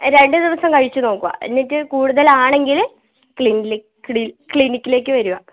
രണ്ടു ദിവസം കഴിച്ചുനോക്കുക എന്നിട്ട് കൂടുതലാണെങ്കില് ക്ളിനിക്കിലേക്കു വരിക